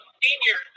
senior